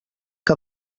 que